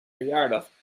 verjaardag